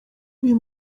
uyu